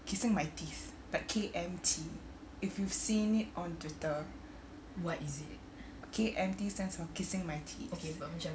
kissing my teeth but K_M_T if you've seen it on twitter K_M_T stands for kissing my teeth